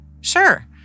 Sure